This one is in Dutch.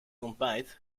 ontbijt